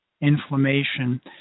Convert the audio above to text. inflammation